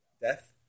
Death